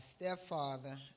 stepfather